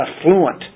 affluent